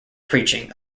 preaching